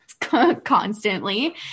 constantly